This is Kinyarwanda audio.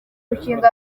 rukingo